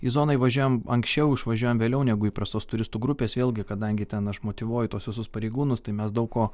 į zoną įvažiuojam anksčiau išvažiuojam vėliau negu įprastos turistų grupės vėlgi kadangi ten aš motyvuoju tuos visus pareigūnus tai mes daug ko